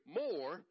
more